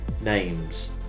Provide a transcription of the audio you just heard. names